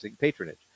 patronage